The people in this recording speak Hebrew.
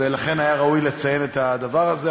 ולכן היה ראוי לציין את הדבר הזה,